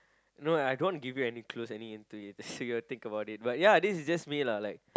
no I don't want to give any clues any hint to it so you got to think about it but ya this is just me lah like